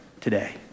today